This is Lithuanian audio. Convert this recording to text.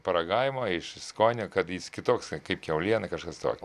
paragavimo iš skonio kad jis kitoks kaip kiauliena kažkas tokio